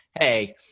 hey